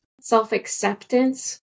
self-acceptance